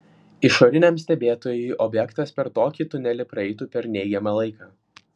išoriniam stebėtojui objektas per tokį tunelį praeitų per neigiamą laiką